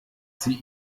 sie